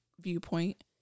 viewpoint